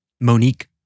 Monique